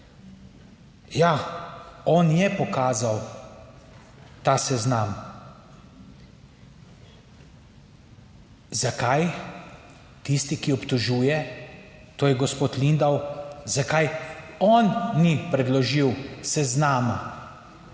Ja, on je pokazal ta seznam. Zakaj, tisti, ki obtožuje, to je gospod Lindav, zakaj on ni predložil seznama,